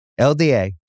LDA